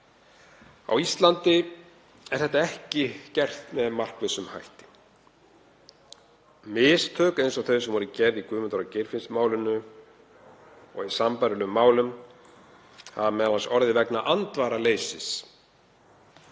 Á Íslandi er það ekki gert með markvissum hætti. Mistök eins og þau sem voru gerð í Guðmundar- og Geirfinnsmálinu og í sambærilegum málum hafa m.a. orðið vegna andvaraleysis.